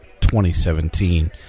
2017